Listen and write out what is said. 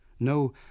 No